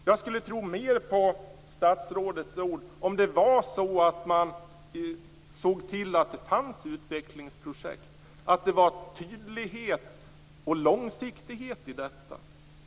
Jag skulle tro mer på statsrådets ord om han såg till att det fanns utvecklingsprojekt och att det var tydlighet och långsiktighet i dessa.